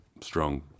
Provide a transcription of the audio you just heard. Strong